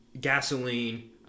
Gasoline